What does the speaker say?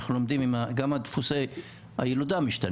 אנחנו יודעים מה עובד ומה נכשל.